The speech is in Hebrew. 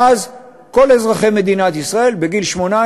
ואז כל אזרחי מדינת ישראל בגיל 18